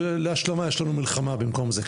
להשלמה יש לנו מלחמה במקום זה,